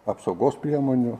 apsaugos priemonių